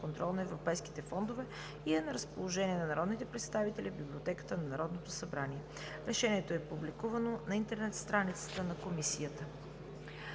контрол на европейските фондове и е на разположение на народните представители в Библиотеката на Народното събрание. Решението е публикувано на интернет страницата на Комисията.